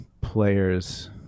players